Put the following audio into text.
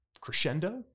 crescendo